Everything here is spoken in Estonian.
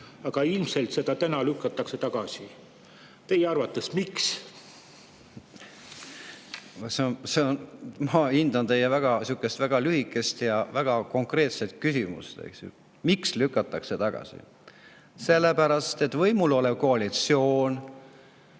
aga ilmselt see täna lükatakse tagasi. Teie arvates miks? Ma hindan teie väga lühikest ja väga konkreetset küsimust. Miks lükatakse tagasi? Sellepärast, et võimul olev koalitsioon